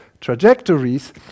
trajectories